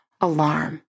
alarm